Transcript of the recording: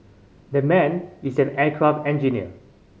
that man is an aircraft engineer